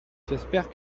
j’espère